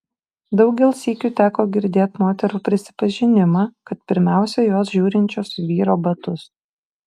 daugel sykių teko girdėt moterų prisipažinimą kad pirmiausia jos žiūrinčios į vyro batus